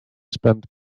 spend